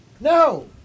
no